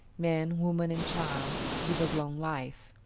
man, woman, and child, give us long life.